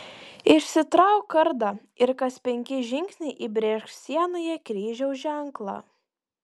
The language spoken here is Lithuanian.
išsitrauk kardą ir kas penki žingsniai įbrėžk sienoje kryžiaus ženklą